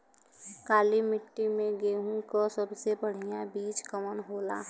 काली मिट्टी में गेहूँक सबसे बढ़िया बीज कवन होला?